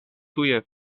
tuje